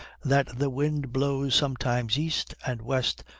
that the wind blows sometimes east and west,